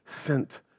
sent